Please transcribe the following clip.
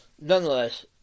Nonetheless